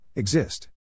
Exist